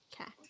Okay